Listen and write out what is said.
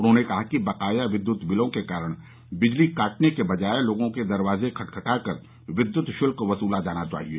उन्होंने कहा कि बकाया विद्युत बिलों के कारण बिजली काटने के बजाये लोगों के दरवाजे खटखटाकर विद्युत शुल्क वसूला जाना चाहिये